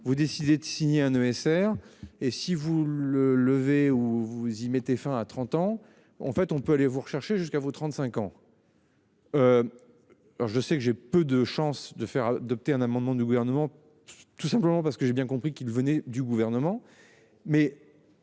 vous décidez de signer un ESR et si vous le levez ou vous y mettez fin à 30 ans. En fait, on peut aller vous recherchez jusqu'à vos 35 ans. Alors je sais que j'ai peu de chance de faire adopter un amendement du gouvernement. Tout simplement parce que j'ai bien compris qu'il venait du gouvernement